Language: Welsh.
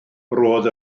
roedd